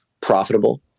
profitable